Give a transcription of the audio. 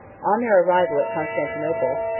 on their arrival at constantinople,